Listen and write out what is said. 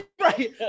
Right